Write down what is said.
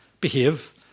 behave